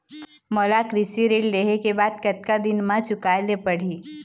मोला कृषि ऋण लेहे के बाद कतका दिन मा चुकाए ले पड़ही?